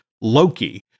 Loki